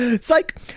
Psych